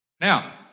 Now